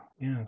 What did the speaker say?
Yes